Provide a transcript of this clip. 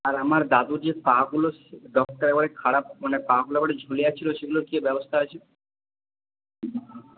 আর আমার দাদুর যে পাগুলো মানে খারাপ মানে পাগুলো বড্ড ঝুলে যাচ্ছিল সেগুলোর কী ব্যবস্থা আছে